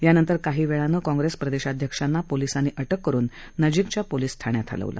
यानंतर काही वेळानं काँग्रेस प्रदेशाध्यक्षांना पोलिसांनी अटक करुन नजिकच्या पोलीस ठाण्यात हलवलं